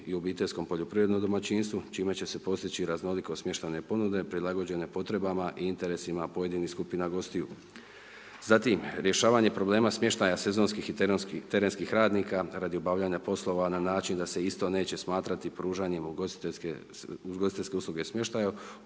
i obiteljskom poljoprivrednom domaćinstvu, čime će se postići raznolikost smještajne ponude prilagođene potrebama i interesima pojedinih skupina gostiju. Zatim, rješavanje problema smještaja sezonskih i terenskih radnika, radi obavljanja poslova na način da se isto neće smatrati pružanjem ugostiteljske usluge smještaja